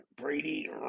Brady